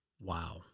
Wow